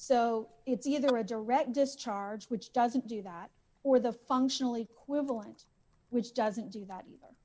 so it's either a direct discharge which doesn't do that or the functionally equivalent which doesn't do that either